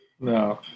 No